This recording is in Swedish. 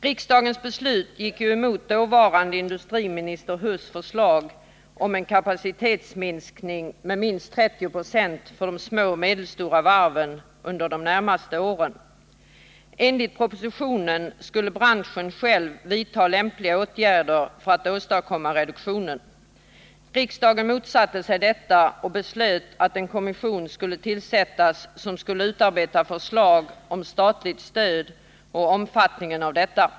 Riksdagens beslut gick ju emot dåvarande industriminister Huss förslag om en kapacitetsminskning med minst 30 96 för de små och medelstora varven under de närmaste åren. Enligt propositionen skulle branschen själv vidta lämpliga åtgärder för att åstadkomma reduktionen. Riksdagen motsatte sig detta och beslöt att en kommission skulle tillsättas som skulle utarbeta förslag om statligt stöd och omfattningen av detta.